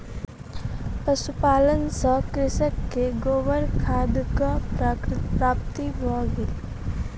पशुपालन सॅ कृषक के गोबर खादक प्राप्ति भ गेल